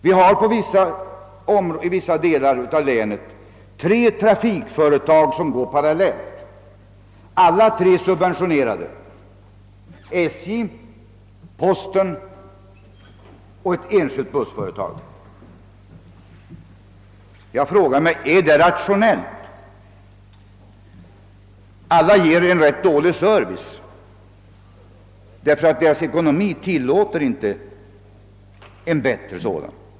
Vi har i vissa delar av länet tre trafikföretag som går parallellt, alla tre subventionerade: SJ, posten och ett enskilt bussföretag. Är detta rationellt? Alla ger en rätt dålig service, därför att deras ekonomi inte tillåter en bättre sådan.